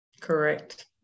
Correct